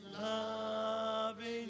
loving